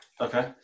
Okay